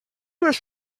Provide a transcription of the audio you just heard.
was